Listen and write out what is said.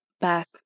back